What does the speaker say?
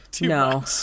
No